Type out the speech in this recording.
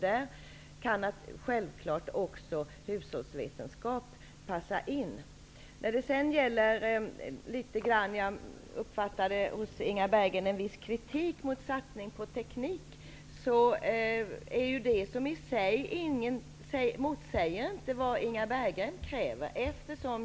Där kan självfallet också hushållsvetenskap passa in. Jag uppfattade hos Inga Berggren en viss kritik mot satsningen på teknik. En sådan satsning står inte i motsats till vad Inga Berggren kräver.